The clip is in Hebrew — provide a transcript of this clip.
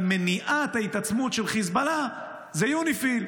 מניעת ההתעצמות של חיזבאללה הוא יוניפי"ל,